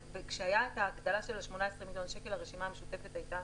כשהייתה הגדלה של 18 מיליון שקלים הרשימה המשותפת הייתה